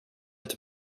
inte